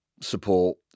support